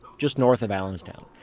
just north of allenstown,